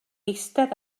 eistedd